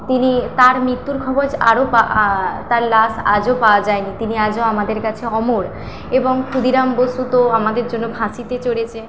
তিনি তার মৃত্যুর খবর আরো পা তার লাশ আজও পাওয়া যায়নি তিনি আজও আমাদের কাছে অমর এবং ক্ষুদিরাম বসু তো আমাদের জন্য ফাঁসিতে চড়েছে